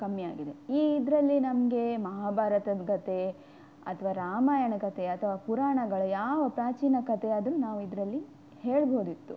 ಕಮ್ಮಿಯಾಗಿದೆ ಈ ಇದರೆಲ್ಲಿ ನಮಗೆ ಮಹಾಭಾರತದ ಕತೆ ಅಥವಾ ರಾಮಾಯಣ ಕತೆ ಅಥವಾ ಪುರಾಣಗಳ ಯಾವ ಪ್ರಾಚೀನ ಕತೆ ಆದರೂ ನಾವಿದರಲ್ಲಿ ಹೇಳ್ಬೋದಿತ್ತು